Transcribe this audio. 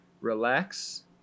Relax